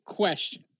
question